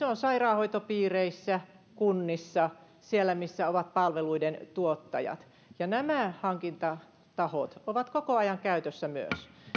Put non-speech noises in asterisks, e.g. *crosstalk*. *unintelligible* on sairaanhoitopiireissä kunnissa siellä missä ovat palveluidentuottajat ja nämä hankintatahot ovat koko ajan käytössä myös